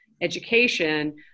education